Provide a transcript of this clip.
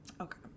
Okay